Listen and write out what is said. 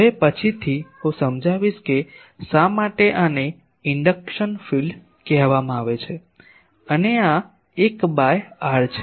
હવે પછીથી હું સમજાવીશ કે શા માટે આને ઇન્ડક્શન ફીલ્ડ કહેવામાં આવે છે અને આ 1 બાય r છે